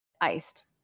iced